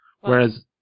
whereas